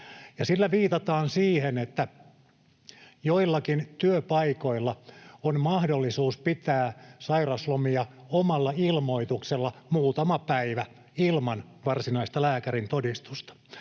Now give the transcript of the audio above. sillä viitataan siihen, että joillakin työpaikoilla on mahdollisuus pitää sairauslomia omalla ilmoituksella muutama päivä ilman varsinaista lääkärintodistusta.